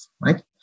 right